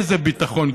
איזה ביטחון,